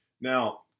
Now